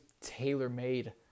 tailor-made